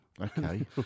Okay